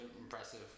impressive